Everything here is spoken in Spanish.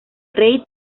reid